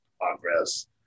progress